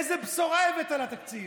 איזו בשורה הבאת לתקציב?